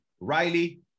Riley